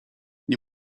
nie